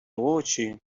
очі